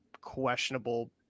questionable